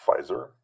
Pfizer